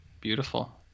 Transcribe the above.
Beautiful